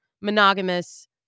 monogamous